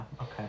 okay